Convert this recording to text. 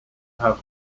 have